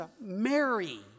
Mary